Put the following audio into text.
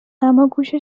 اماگوش